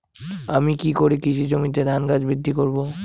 আমি কী করে কৃষি জমিতে ধান গাছ বৃদ্ধি করব?